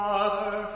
Father